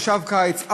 מושב קיץ,